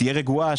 שתהיה רגועה.